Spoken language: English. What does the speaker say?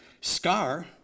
Scar